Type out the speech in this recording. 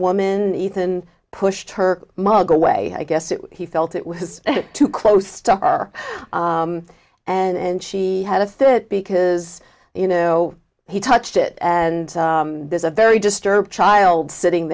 woman ethan pushed her mug away i guess that he felt it was too close to her and she had a fit because you know he touched it and there's a very disturbed child sitting